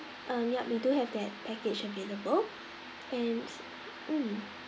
um yup we do have that package available and mm